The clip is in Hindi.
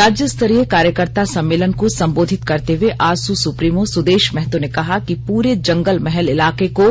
राज्य स्तरीय कार्यकर्ता सम्मेलन को संबोधित करते हुए आजसू सुप्रीमो सुदेश महतो ने कहा कि पूरे जंगलमहल इलाके को